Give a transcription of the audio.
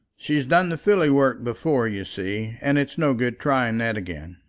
she's done the filly work before, you see and it's no good trying that again.